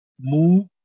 move